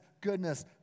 goodness